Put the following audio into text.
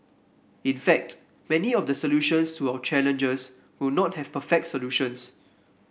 in fact many of the solutions to our challenges will not have perfect solutions